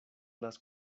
las